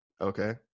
Okay